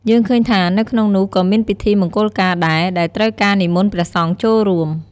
យើងឃើញថានៅក្នុងនោះក៏មានពិធីមង្គលការដែរ ដែលត្រូវការនិមន្តព្រះសង្ឃចូលរួម។